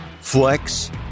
flex